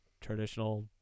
traditional